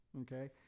Okay